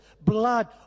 blood